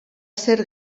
ser